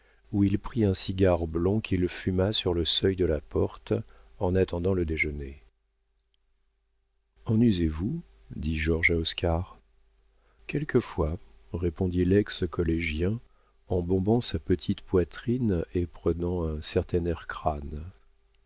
où il prit un cigare blond qu'il fuma sur le seuil de la porte en attendant le déjeuner en usez vous dit georges à oscar quelquefois répondit lex collégien en bombant sa petite poitrine et prenant un certain air crâne